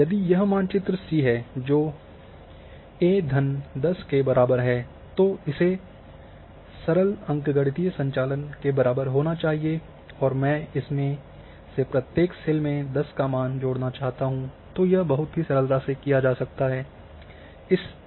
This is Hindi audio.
यदि यह मानचित्र सी है जोकि ए 10 A 10 के बराबर है तोइसे सरल अंकगणितीय संचालन के बराबर होना चाहिए और मैं इनमें से प्रत्येक सेल में 10 का मान जोड़ना चाहता हूँ तो यह बहुत ही सरलता से किया जा सकता है